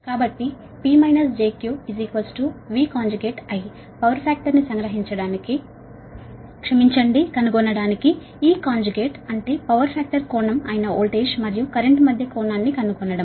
కాబట్టి P jQ V I power ఫాక్టర్ని కనుగొనడానికి ఈ కాంజుగేట్ అంటే పవర్ ఫాక్టర్ కోణం అయిన వోల్టేజ్ మరియు కరెంట్ మధ్య కోణాన్ని కనుగొనడం